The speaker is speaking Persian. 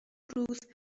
روز